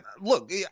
Look